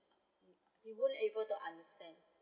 he wouldn't able to understand